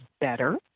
better